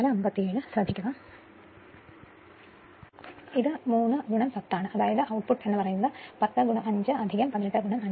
അതിനാൽ ഇത് 3 10 ആണ് അതായത് output 10 5 18 5